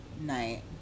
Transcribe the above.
night